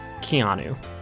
Keanu